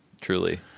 truly